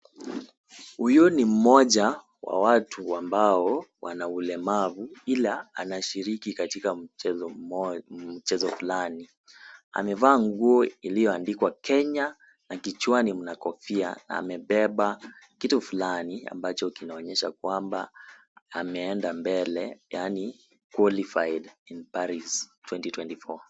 Huyu ni mmoja wa watu ambao wana ulemavu ila anashiriki katika mchezo fulani. Amevaa nguo iliyoandikwa Kenya na kichwani mna kofia. Amebeba kitu fulani ambacho kinaonyesha kwamba ameenda mbele yaani qualified in Paris twenty twenty four .